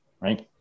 Right